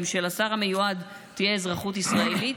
הם שלשר המיועד תהיה אזרחות ישראלית,